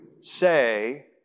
say